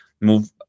move